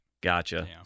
Gotcha